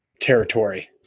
territory